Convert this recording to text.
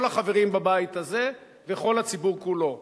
כל החברים בבית הזה וכל הציבור כולו.